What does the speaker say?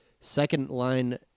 second-line